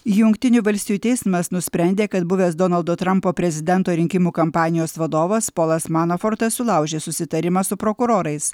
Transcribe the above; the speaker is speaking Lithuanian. jungtinių valstijų teismas nusprendė kad buvęs donaldo trampo prezidento rinkimų kampanijos vadovas polas manafortas sulaužė susitarimą su prokurorais